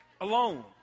Alone